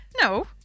no